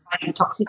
toxicity